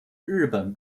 日本